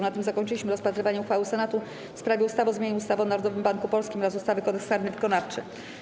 Na tym zakończyliśmy rozpatrywanie uchwały Senatu w sprawie ustawy o zmianie ustawy o Narodowym Banku Polskim oraz ustawy - Kodeks karny wykonawczy.